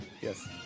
Yes